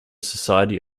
society